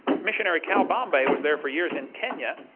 missionary cal bombay was there for years in kenya.